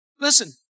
Listen